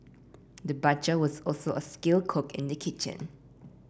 the butcher was also a skilled cook in the kitchen